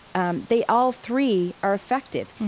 um they all three are effective.